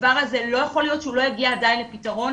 הדבר הזה לא יכול להיות שהוא לא הגיע עדיין לפתרון.